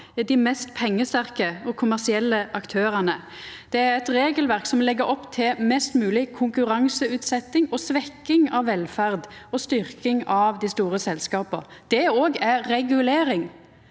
dei mest pengesterke og kommersielle aktørane. Det er eit regelverk som legg opp til mest mogleg konkurranseutsetjing, svekking av velferd og styrking av dei store selskapa. Det òg er regulering,